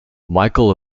michael